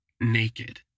Naked